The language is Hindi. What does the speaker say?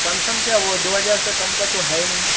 कम सम क्या वह दो हज़ार से कम का तो है ही नहीं